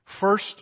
first